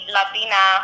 Latina